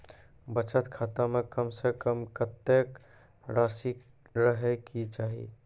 बचत खाता म कम से कम कत्तेक रासि रहे के चाहि?